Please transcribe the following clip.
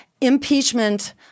impeachment